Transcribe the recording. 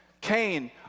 Cain